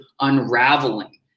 unraveling